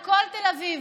על כל תל אביב,